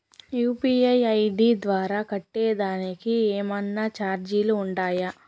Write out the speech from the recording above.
UPI ID ద్వారా కట్టేదానికి ఏమన్నా చార్జీలు ఉండాయా?